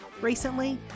recently